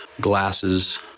glasses